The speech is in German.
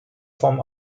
form